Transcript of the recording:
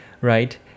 right